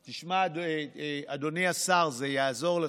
תשמע, אדוני השר, זה יעזור לך,